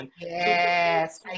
Yes